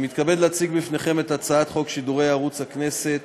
אני מתכבד להציג בפניכם את הצעת חוק שידורי ערוץ הכנסת